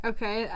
Okay